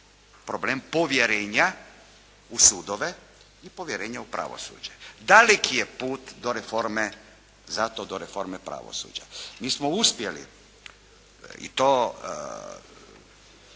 problem povjerenja u sudove i povjerenja u pravosuđe. Daleki je put do reforme pravosuđa. Mi smo uspjeli i to